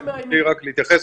תנו לי רק להתייחס.